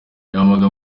yampaga